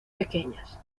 pequeñas